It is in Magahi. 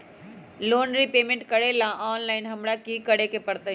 लोन रिपेमेंट करेला ऑनलाइन हमरा की करे के परतई?